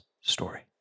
story